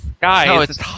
guys